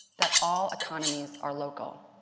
that all economies are local.